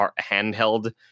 handheld